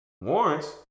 Warrants